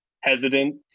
hesitant